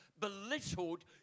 belittled